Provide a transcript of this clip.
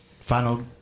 final